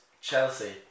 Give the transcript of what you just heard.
Chelsea